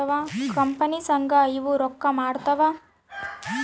company ಸಂಘ ಇವು ರೊಕ್ಕ ಮಾಡ್ತಾವ